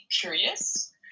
curious